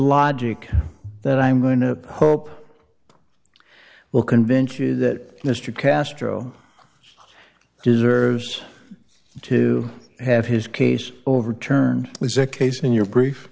logic that i'm going to hope will convince you that mr castro deserves to have his case overturned was a case in your brief